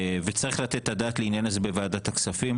וצריך לתת את הדעת על העניין הזה בוועדת הכספים.